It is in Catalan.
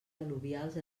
al·luvials